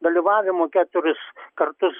dalyvavimu keturis kartus